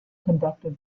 conducted